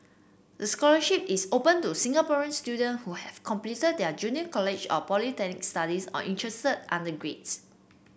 the scholarship is open to Singaporean student who have completed their junior college or polytechnic studies or interested undergraduates